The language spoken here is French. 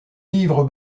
livre